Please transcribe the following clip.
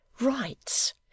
Rights